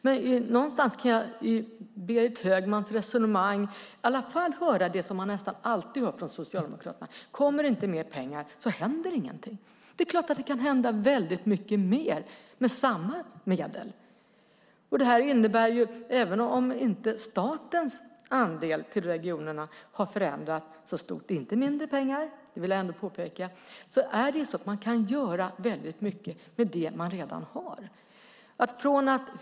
Men någonstans kan jag i Berit Högmans resonemang i alla fall höra det som man nästan alltid hör från Socialdemokraterna: Kommer det inte mer pengar så händer ingenting. Det är klart att det kan hända mycket mer med samma medel. Även om statens andel till regionerna inte har förändrats så mycket - det är inte mindre pengar, vill jag ändå påpeka - kan man göra mycket med det man redan har.